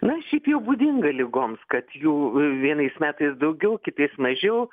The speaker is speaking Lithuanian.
na šiaip jau būdinga ligoms kad jų vienais metais daugiau kitais mažiau